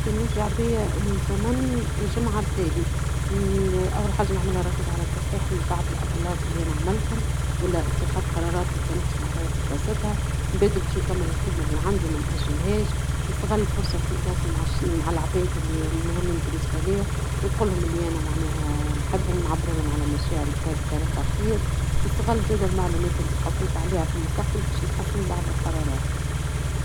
إذا رجعت أسبوع للوراء، نحب نراجع كل الأمور اللي عملتها. يمكن نصلح حاجة ما عجبتنيش، أو نعيد قراءة كتاب كنت نحب نكملو. نحب نستغل الوقت مع الأصحاب ونتشارك لحظات ممتعة. يمكن نخطط لمشاريع جديدة أو نعيد التواصل مع ناس ما شفتهمش من زمان.